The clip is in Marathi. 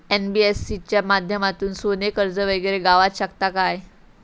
एन.बी.एफ.सी च्या माध्यमातून सोने कर्ज वगैरे गावात शकता काय?